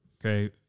Okay